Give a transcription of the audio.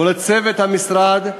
ולצוות המשרד,